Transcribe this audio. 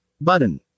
button